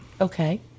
Okay